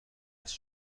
هست